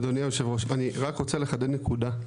אדוני יושב הראש, אני רק רוצה לחדד נקודה,